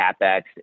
CapEx